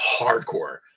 hardcore